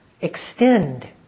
extend